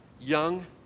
Young